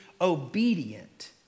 obedient